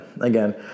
Again